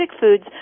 foods